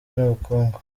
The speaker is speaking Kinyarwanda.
n’ubukungu